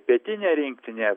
pietinė rinktinė